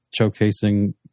showcasing